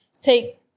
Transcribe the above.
take